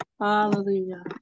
Hallelujah